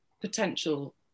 potential